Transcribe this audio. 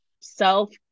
self